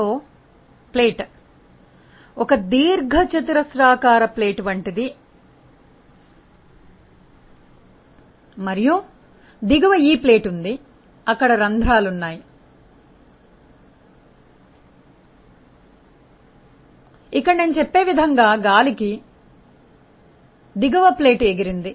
so plate ఒక దీర్ఘచతురస్రాకార plate వంటిది దిగువ ఈ ప్లేట్ ఉంది అక్కడ రంధ్రాలు ఉన్నాయి ద్రవం నేను చెప్పే ఈ విధంగా గాలి కి దిగువ ప్లేట్ ఎగిరింది